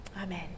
Amen